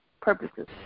purposes